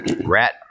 Rat